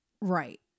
Right